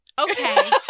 Okay